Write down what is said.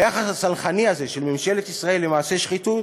והיחס הסלחני הזה של ממשלת ישראל למעשי שחיתות